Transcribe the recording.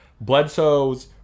Bledsoe's